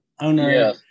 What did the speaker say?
owner